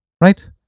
Right